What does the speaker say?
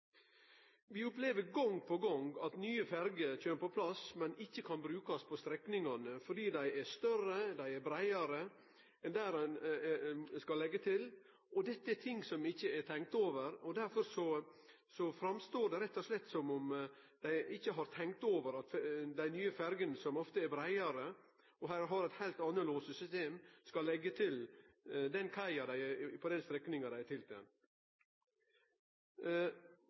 Vi opplever gong på gong at nye ferjer kjem på plass, men at dei ikkje kan brukast på strekningane fordi dei er større og breiare enn kaia der dei skal leggje til. Dette er ting som det ikkje er tenkt over. Derfor framstår det rett og slett som at ein ikkje har tenkt over at dei nye ferjene, som ofte er breiare og har eit heilt anna lossesystem, skal leggje til den kaia på den strekninga dei er